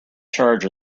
charge